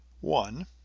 One